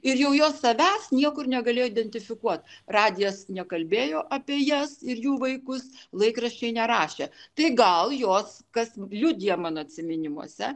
ir jau jos savęs niekur negalėjo identifikuot radijas nekalbėjo apie jas ir jų vaikus laikraščiai nerašė tai gal jos kas liudija mano atsiminimuose